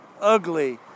ugly